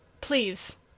Please